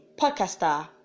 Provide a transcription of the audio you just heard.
podcaster